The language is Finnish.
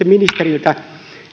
ministeriltä